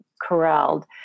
corralled